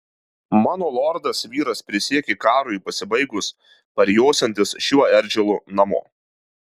mano lordas vyras prisiekė karui pasibaigus parjosiantis šiuo eržilu namo